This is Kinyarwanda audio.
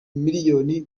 millions